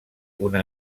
una